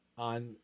on